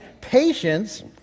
Patience